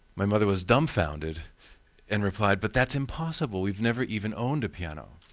my mother was dumbfounded and replied, but that's impossible, we've never even owned a piano.